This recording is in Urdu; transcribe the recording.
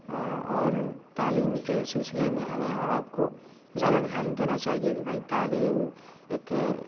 اور تعلیم کے سلسلے میں ہمیں اور آپ کو زیادہ دھیان دینا چاہیے کہ بھائی تعلیم ایک